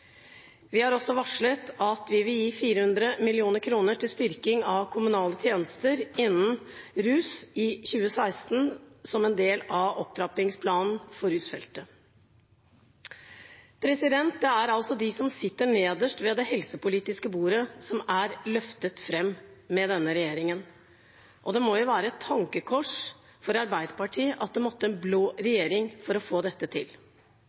Vi har også varslet at vi vil gi 400 mill. kr til styrking av kommunale tjenester innenfor rus i 2016, som en del av opptrappingsplanen for rusfeltet. De som sitter nederst ved det helsepolitiske bordet er løftet fram med denne regjeringen. Det må være et tankekors for Arbeiderpartiet at det måtte til en blå regjering for å få til dette.